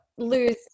lose